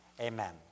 Amen